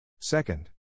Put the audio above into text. Second